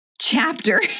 chapter—